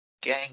gang